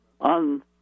on